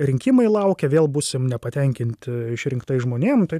rinkimai laukia vėl būsim nepatenkinti išrinktais žmonėm tai